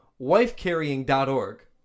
wifecarrying.org